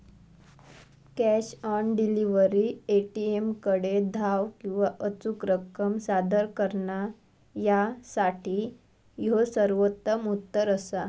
cash on delivery, ए.टी.एमकडे धाव किंवा अचूक रक्कम सादर करणा यासाठी ह्यो सर्वोत्तम उत्तर असा